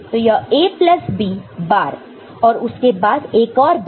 तो यह A plus B bar और उसके बाद एक और बार